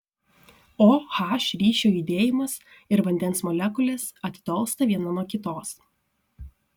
o h ryšio judėjimas ir vandens molekulės atitolsta viena nuo kitos